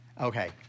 okay